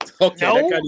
Okay